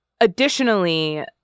Additionally